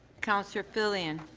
councillor filion,